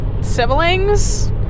siblings